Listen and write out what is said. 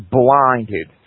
blinded